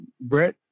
Brett